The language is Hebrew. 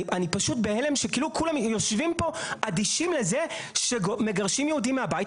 אני פשוט בהלם שכאילו כולם יושבים פה אדישים לזה שמגרשים יהודים מהבית.